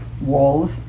walls